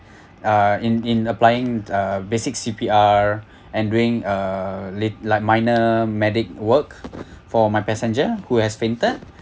uh in in applying uh basic C_P_R and doing a late like minor medic work for my passenger who has fainted